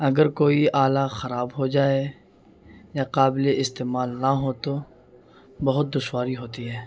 اگر کوئی اعلیٰ خراب ہو جائے یا قابل استعمال نہ ہو تو بہت دشواری ہوتی ہے